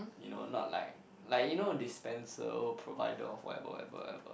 you know not like like you know dispenser provider of whatever whatever whatever